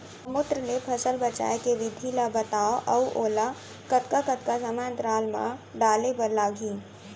गौमूत्र ले फसल बचाए के विधि ला बतावव अऊ ओला कतका कतका समय अंतराल मा डाले बर लागही?